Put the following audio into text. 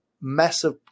massive